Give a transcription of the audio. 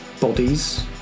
bodies